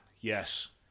yes